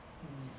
mm